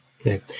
Okay